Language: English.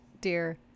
dear